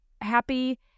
happy